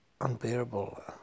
unbearable